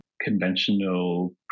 conventional